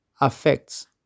affects